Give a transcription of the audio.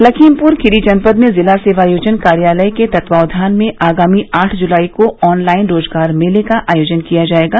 लखीमपुर खीरी जनपद में जिला सेवायोजन कार्यालय के तत्वावधान में आगामी आठ जुलाई को ऑनलाइन रोजगार मेले का आयोजन किया जाएगा